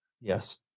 Yes